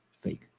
fake